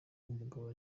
umugabo